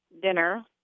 Dinner